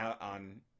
on